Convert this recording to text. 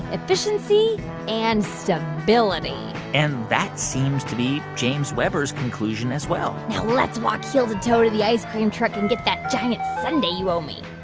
efficiency and stability and that seems to be james webber's conclusion as well now, let's walk heel to toe to the ice cream truck and get that giant sundae you owe me